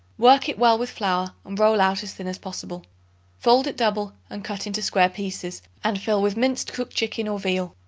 work it well with flour and roll out as thin as possible fold it double and cut into square pieces and fill with minced cooked chicken or veal.